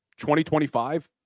2025